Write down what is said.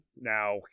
Now